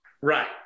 Right